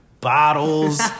bottles